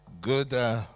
Good